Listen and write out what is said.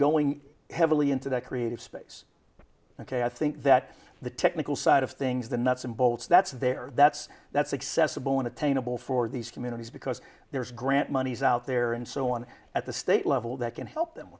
going heavily into that creative space ok i think that the technical side of things the nuts and bolts that's there that's that's accessible and attainable for these communities because there's grant monies out there and so on at the state level that can help them